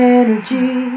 energy